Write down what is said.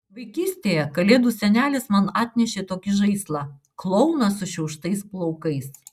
vaikystėje kalėdų senelis man atnešė tokį žaislą klouną sušiauštais plaukais